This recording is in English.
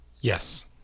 yes